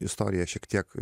istoriją šiek tiek